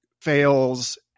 fails